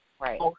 Right